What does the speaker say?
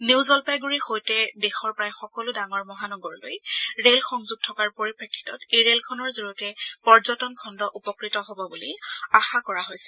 নিউজলপাইণ্ডৰিৰ সৈতে দেশৰ প্ৰায় সকলো ডাঙৰ মহানগৰলৈ ৰেল সংযোগ থকাৰ পৰিপ্ৰেক্ষিতত এই ৰেলখনৰ জৰিয়তে পৰ্যটন খণ্ড উপকৃত হ'ব বুলি আশা কৰা হৈছে